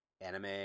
anime